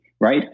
right